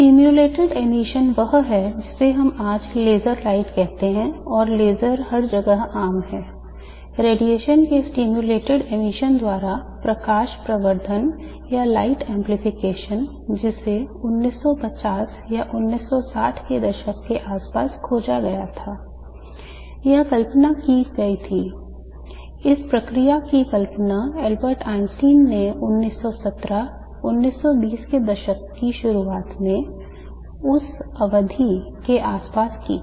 Stimulated emission वह है जिसे हम आज लेज़र लाइट कहते हैं और लेज़र हर जगह आम हैं रेडिएशन के stimulated emission द्वारा प्रकाश प्रवर्धन ने 1917 1920 के दशक की शुरुआत में उस अवधि के आसपास की थी